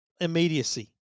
immediacy